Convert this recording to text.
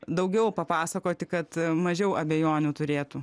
daugiau papasakoti kad mažiau abejonių turėtų